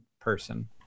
person